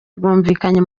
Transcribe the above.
rwumvikanye